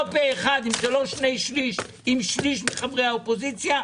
פה-אחד שני שליש ושליש מחברי האופוזיציה,